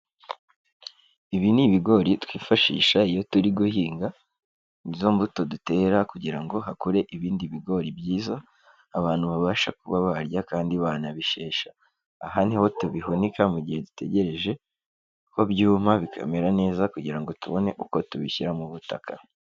Ibi ni ibigori twifashisha iyo turi guhinga, ni zo mbuto dutera kugira ngo hakure ibindi bigori byiza, abantu babasha kuba barya kandi banabishesha. Aha ni ho tubihunika mu gihe dutegereje ko byuma bikamera neza, kugira ngo tubone uko tubishyira mu butaka.